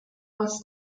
was